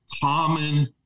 common